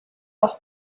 auch